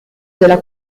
della